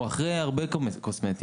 הוא אחרי הרבה קוסמטיקה.